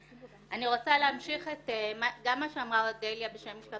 אני רוצה להמשיך גם את מה שאמרה אודליה בשם לשכת